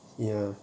ya